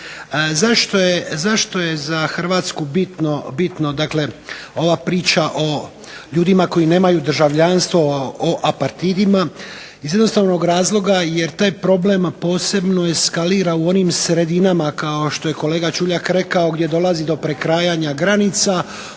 Zašto je za Hrvatsku bitno, dakle ova priča o ljudima koji nemaju državljanstvo, o apatridima. Iz jednostavnog razloga jer taj problem a posebno eskalira u onim sredinama kao što je kolega Čuljak rekao gdje dolazi do prekrajanja granica,